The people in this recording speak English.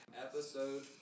episode